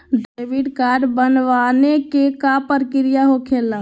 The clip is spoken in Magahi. डेबिट कार्ड बनवाने के का प्रक्रिया होखेला?